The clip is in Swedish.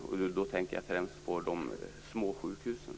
Jag tänker främst på de små sjukhusen.